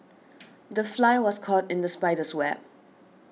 the fly was caught in the spider's web